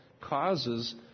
causes